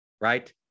right